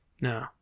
No